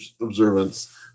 observance